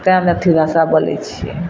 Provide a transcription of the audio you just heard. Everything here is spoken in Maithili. तैँ मैथिली भाषा बोलैत छियै